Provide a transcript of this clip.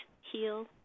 heal